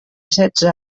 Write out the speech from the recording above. setze